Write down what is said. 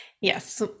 yes